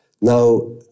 Now